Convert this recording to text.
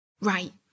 Right